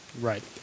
Right